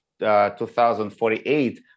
2048